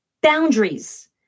Boundaries